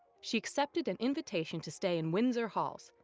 she accepted an invitation to stay in windsor halls,